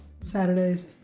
Saturdays